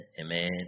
amen